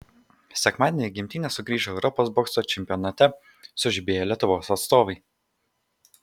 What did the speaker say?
sekmadienį į gimtinę sugrįžo europos bokso čempionate sužibėję lietuvos atstovai